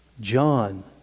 John